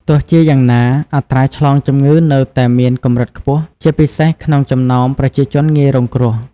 ទោះជាយ៉ាងណា អត្រាឆ្លងជំងឺនៅតែមានកម្រិតខ្ពស់ ជាពិសេសក្នុងចំណោមប្រជាជនងាយរងគ្រោះ។